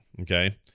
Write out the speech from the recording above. Okay